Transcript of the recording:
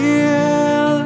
Feel